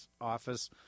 office